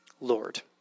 Lord